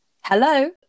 Hello